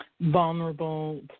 vulnerable